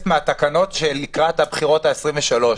מהתקנות לקראת הבחירות לכנסת העשרים-ושלוש.